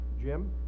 Jim